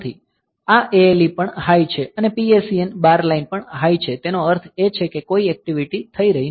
આ ALE પણ high છે અને PSEN બાર લાઇન પણ હાઈ છે તેનો અર્થ એ છે કે કોઈ અક્ટિવિટી થઈ રહી નથી